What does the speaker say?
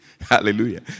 Hallelujah